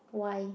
why